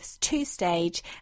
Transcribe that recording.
two-stage